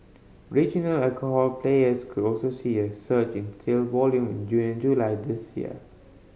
regional alcohol players could also see a surge sale volume in June and July this year